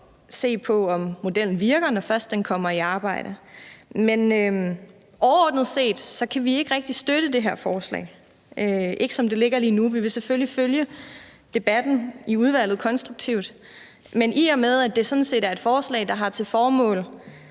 – se på, om modellen virker, når først den kommer i arbejde. Men overordnet set kan vi ikke rigtig støtte det her forslag, ikke som det ligger lige nu. Vi vil selvfølgelig følge debatten i udvalget konstruktivt, men i og med at det sådan set er et forslag, der har til formål